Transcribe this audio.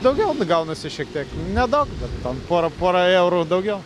daugiau nu gaunasi šiek tiek nedaug bet ten pora pora eurų daugiau